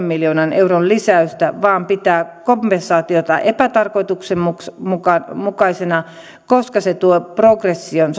miljoonan euron lisäystä vaan että se pitää kompensaatiota epätarkoituksenmukaisena koska se tuo progression